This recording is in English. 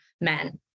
men